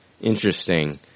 Interesting